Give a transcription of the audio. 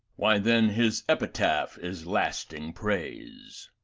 why, then his epitaph is lasting praise.